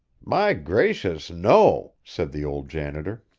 my gracious, no! said the old janitor.